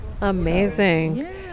Amazing